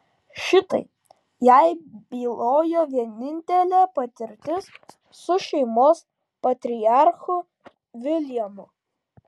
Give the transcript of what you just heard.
šitai jai bylojo vienintelė patirtis su šeimos patriarchu viljamu